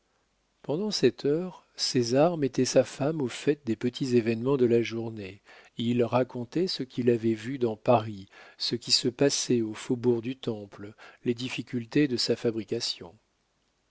pendant cette heure césar mettait sa femme au fait des petits événements de la journée il racontait ce qu'il avait vu dans paris ce qui se passait au faubourg du temple les difficultés de sa fabrication